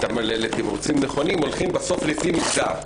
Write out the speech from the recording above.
לתמרוצים נכונים הולכים בסוף לפי מגדר.